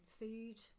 food